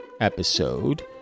episode